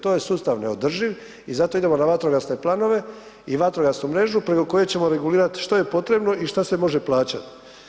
To je sustav neodrživ i zato idemo na vatrogasne planove i vatrogasnu mrežu preko koje ćemo regulirati što je potrebno i šta se može plaćati.